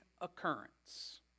occurrence